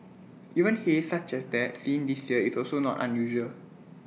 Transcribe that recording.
even haze such as that seen this year is also not unusual